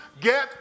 Get